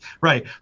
Right